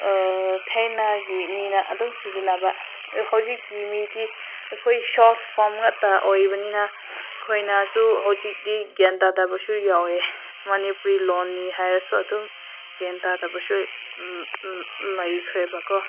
ꯊꯥꯏꯅꯒꯤ ꯃꯤꯅ ꯑꯗꯨꯝ ꯁꯤꯖꯤꯟꯅꯕ ꯍꯧꯖꯤꯛꯀꯤ ꯃꯤꯗꯤ ꯑꯩꯈꯣꯏ ꯁꯣꯔꯠ ꯐꯣꯝ ꯉꯥꯛꯇ ꯑꯣꯏꯕꯅꯤꯅ ꯑꯩꯈꯣꯏꯅꯁꯨ ꯍꯧꯖꯤꯛꯇꯤ ꯒ꯭ꯌꯥꯟ ꯇꯥꯗꯕꯁꯨ ꯌꯥꯎꯋꯦ ꯃꯅꯤꯄꯨꯔꯤ ꯂꯣꯟꯅꯤ ꯍꯥꯏꯔꯁꯨ ꯑꯗꯨꯝ ꯒ꯭ꯌꯥꯟ ꯇꯥꯗꯕꯁꯨ ꯂꯩꯈ꯭ꯔꯦꯕꯀꯣ